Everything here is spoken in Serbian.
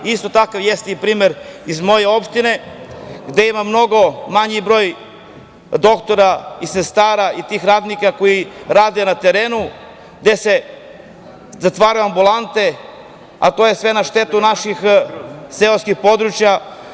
Takav primer je i u mojoj opštini, gde ima mnogo manji broj doktora i sestara i radnika koji rade na terenu, gde se zatvaraju ambulante, a to je sve na štetu naših seoskih područja.